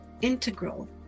integral